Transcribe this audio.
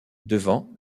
devant